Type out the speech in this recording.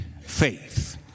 faith